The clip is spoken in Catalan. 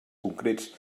concrets